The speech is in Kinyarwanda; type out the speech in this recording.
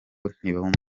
ntibumva